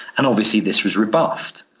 and obviously this was rebuffed.